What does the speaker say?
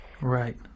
Right